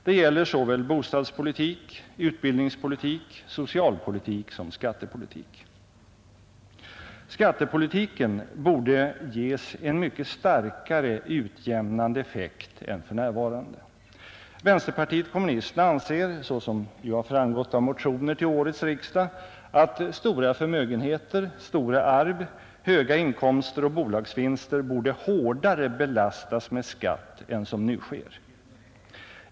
Det gäller såväl bostadspolitik, utbildningspolitik, socialpolitik som skattepolitik. Skattepolitiken borde ges en mycket starkare utjämnande effekt än för närvarande. Vänsterpartiet kommunisterna anser — såsom framgår av motioner till årets riksdag — att stora förmögenheter, stora arv, höga inkomster och bolagsvinster borde hårdare belastas med skatt än som nu sker.